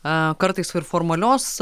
kartais ir formalios